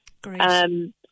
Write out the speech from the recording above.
Great